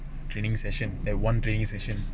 training session that one training session